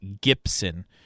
Gibson